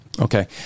Okay